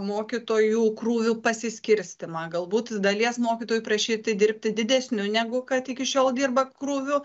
mokytojų krūvių pasiskirstymą galbūt dalies mokytojų prašyti dirbti didesniu negu kad iki šiol dirba krūviu